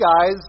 guys